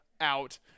Out